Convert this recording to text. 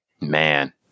man